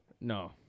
No